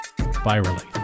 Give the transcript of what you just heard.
virally